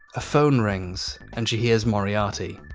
a phone rings and she hears moriarty.